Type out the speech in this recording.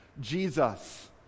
jesus